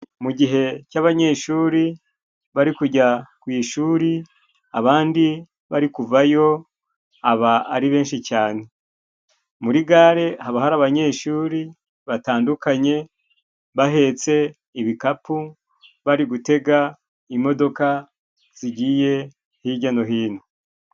Mu gihe cy'abanyeshuri, bari kujya ku ishuri, abandi bari kuvayo; aba ari benshi cyane. Muri gare haba hari abanyeshuri batandukanye bahetse ibikapu, bari gutega imodoka zigiye hirya no hino.